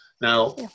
now